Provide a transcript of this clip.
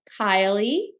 Kylie